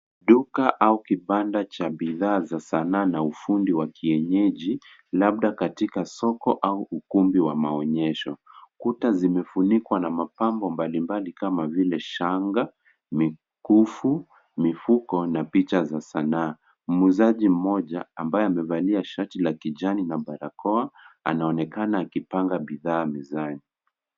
Duka au kibanda cha sanaa na ufundi wa kienyeji, labda katika soko au ukumbi wa maonyesho. Kuta zimefunikwa na mapambo mbalimbali kama vile shanga, mikufu, mifuko na picha za sanaa. Mwuzaji mmoja ambaye amevalia shati la kijani na barakoa anaonekana akipanga bidhaa mezani.